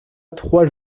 trois